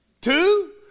Two